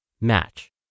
Match